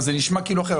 אז זה נשמע כאילו אחר,